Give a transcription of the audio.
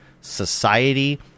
society